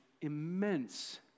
immense